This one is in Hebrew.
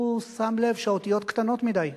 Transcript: הוא שם לב שהאותיות קטנות מדי,